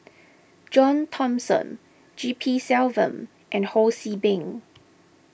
John Thomson G P Selvam and Ho See Beng